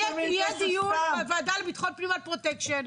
יהיה דיון בוועדה לביטחון פנים על פרוטקשן,